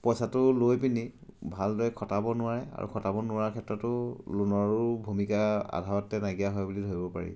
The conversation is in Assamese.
পইচাটো লৈ পিনি ভালদৰে খটাব নোৱাৰে আৰু খটাব নোৱাৰা ক্ষেত্ৰতো লোনৰো ভূমিকা আধাতে নাইকিয়া হয় বুলি ধৰিব পাৰি